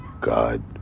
God